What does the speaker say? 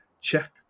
Check